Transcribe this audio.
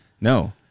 no